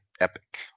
epic